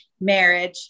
marriage